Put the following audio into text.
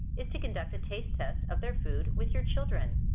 is to conduct a taste test of their food with your children.